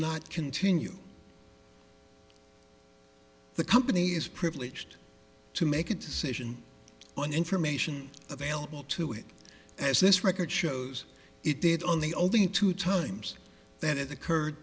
not continue the company is privileged to make a decision on information available to it as this record shows it did on the only two times that it occurred